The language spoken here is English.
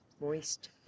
Moist